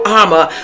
armor